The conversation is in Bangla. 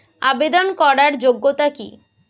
আবেদন করার যোগ্যতা কি?